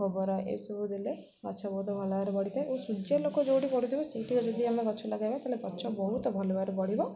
ଗୋବର ଏଇସବୁ ଦେଲେ ଗଛ ବହୁତ ଭଲ ଭାବରେ ବଢ଼ିଥାଏ ଓ ସୂର୍ଯ୍ୟ ଲୋକ ଯେଉଁଠି ପଢ଼ୁଥିବ ସେଇଠିକି ଯଦି ଆମେ ଗଛ ଲଗେଇବା ତାହେଲେ ଗଛ ବହୁତ ଭଲ ଭାବରେ ବଢ଼ିବ